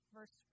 Verse